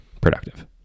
productive